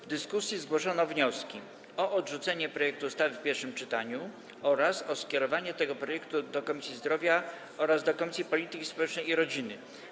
W dyskusji zgłoszono wnioski: o odrzucenie projektu ustawy w pierwszym czytaniu oraz o skierowanie tego projektu do Komisji Zdrowia oraz do Komisji Polityki Społecznej i Rodziny.